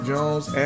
Jones